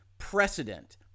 Precedent